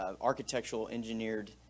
architectural-engineered